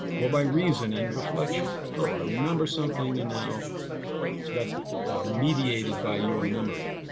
or by reason and reflection, oh, i remember something and now, so that's mediated by your memory.